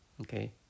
Okay